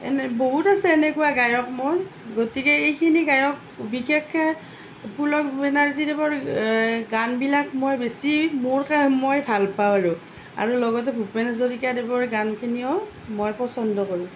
এনে বহুত আছে এনেকুৱা গায়ক মোৰ গতিকে এইখিনি গায়ক বিশেষকে পুলক বেনাৰ্জীদেৱৰ গানবিলাক মই বেছি মোৰ কাৰণে মই ভাল পাওঁ আৰু আৰু লগতে ভূপেন হাজৰিকাদেৱৰ গানখিনিও মই পচন্দ কৰোঁ